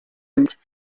ulls